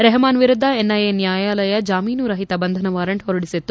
ರೆಹಮಾನ್ ವಿರುದ್ದ ಎನ್ಐಎ ನ್ಯಾಯಾಲಯ ಜಾಮೀನು ರಹಿತ ಬಂಧನ ವಾರೆಂಟ್ ಹೊರಡಿಸಿತ್ತು